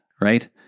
Right